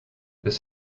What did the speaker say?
this